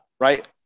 right